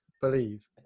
believe